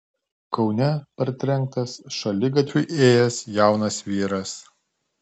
kaune partrenktas šaligatviu ėjęs jaunas vyras